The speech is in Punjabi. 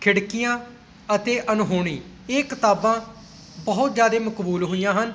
ਖਿੜਕੀਆਂ ਅਤੇ ਅਨਹੋਣੀ ਇਹ ਕਿਤਾਬਾਂ ਬਹੁਤ ਜ਼ਿਆਦਾ ਮਕਬੂਲ ਹੋਈਆਂ ਹਨ